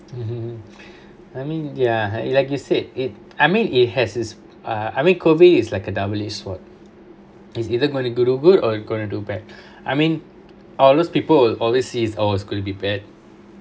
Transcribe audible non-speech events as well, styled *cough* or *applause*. hmm I mean ya like you said it I mean it has is uh I mean COVID is like a double-edged sword it's either gonna do good or you gonna do bad *breath* I mean all those people will always see oh it's gonna be bad